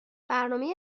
برنامه